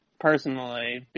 personally